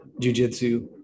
jujitsu